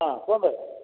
ହଁ କୁହନ୍ତୁ